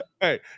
Hey